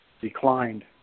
declined